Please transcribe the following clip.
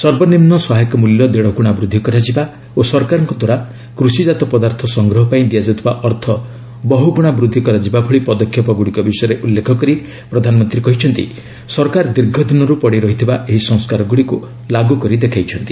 ସର୍ବନିମ୍ନ ସହାୟକ ମୂଲ୍ୟ ଦେଡ଼ଗୁଣା ବୃଦ୍ଧି କରାଯିବା ଓ ସରକାରଙ୍କଦ୍ୱାରା କୃଷିଜାତ ପଦାର୍ଥ ସଂଗ୍ରହ ପାଇଁ ଦିଆଯାଉଥିବା ଅର୍ଥ ବହୁଗୁଣା ବୃଦ୍ଧି କରାଯିବା ଭଳି ପଦକ୍ଷେପଗୁଡ଼ିକ ବିଷୟରେ ଉଲ୍ଲେଖ କରି ପ୍ରଧାନମନ୍ତ୍ରୀ କହିଛନ୍ତି ସରକାର ଦୀର୍ଘ ଦିନରୁ ପଡ଼ି ରହିଥିବା ଏହି ସଂସ୍କାରଗୁଡ଼ିକୁ ଲାଗୁକରି ଦେଖାଇଛନ୍ତି